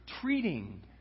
treating